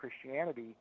Christianity